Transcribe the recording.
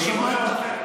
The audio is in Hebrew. לא שמעת.